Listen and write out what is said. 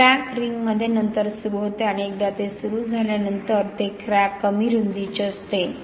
तर क्रॅक रिंगमध्ये नंतर सुरू होते आणि एकदा ते सुरू झाल्यानंतर ते क्रॅक कमी रुंदीचे असते